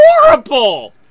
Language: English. horrible